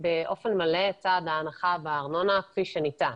באופן מלא את סעד ההנחה בארנונה כפי שניתן,